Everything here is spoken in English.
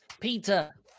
Peter